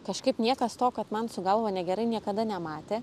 kažkaip niekas to kad man su galva negerai niekada nematė